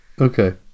Okay